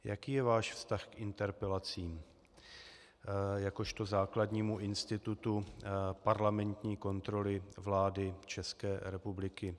Jaký je váš vztah k interpelacím jakožto základnímu institutu parlamentní kontroly vlády České republiky?